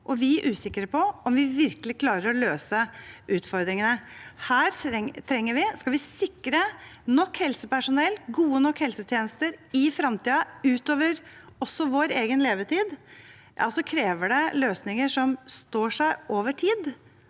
vi er usikre på, om vi virkelig klarer å løse utfordringene. Skal vi sikre nok helsepersonell og gode nok helsetjenester i fremtiden, også utover vår egen levetid, krever det løsninger som står seg over tid,